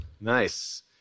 Nice